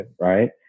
right